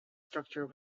structure